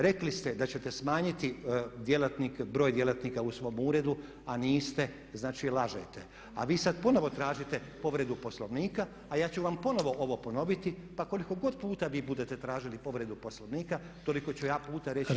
Rekli ste da ćete smanjiti broj djelatnika u svom uredu, a niste, znači, lažete a vi sad ponovno tražite povredu Poslovnika a ja ću vam ponovo ovo ponoviti pa koliko god puta vi budete tražili povredu Poslovnika toliko ću ja puta reći da predsjednica